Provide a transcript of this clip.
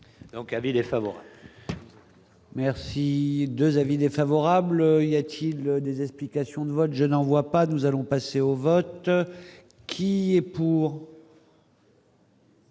donc les favoris. Merci 2 avis défavorables, il y a-t-il des explications de vote, je n'en vois pas, nous allons passer au vote qui est pour.